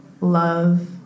love